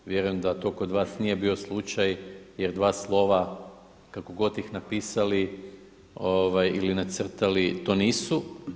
Vjerujem da to kod vas nije bio slučaj, jer dva slova kako god ih napisali ili nacrtali to nisu.